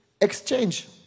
exchange